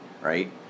right